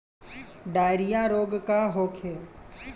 Diarrhoea रोग का होखे?